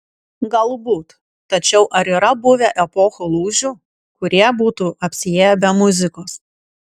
galbūt tačiau ar yra buvę epochų lūžių kurie būtų apsiėję be muzikos